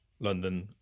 london